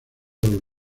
los